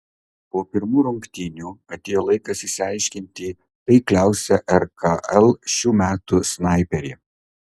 po pirmų rungtynių atėjo laikas išsiaiškinti taikliausią rkl šių metų snaiperį